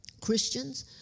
Christians